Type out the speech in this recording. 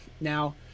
Now